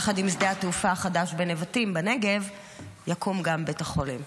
יחד עם שדה התעופה החדש בנבטים בנגב יקום גם בית החולים.